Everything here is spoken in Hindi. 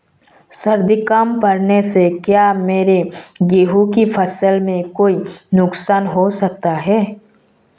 सर्दी कम पड़ने से क्या मेरे गेहूँ की फसल में कोई नुकसान हो सकता है?